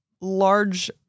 large